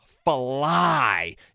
fly